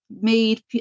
made